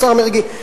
השר מרגי,